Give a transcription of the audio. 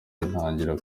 ntangira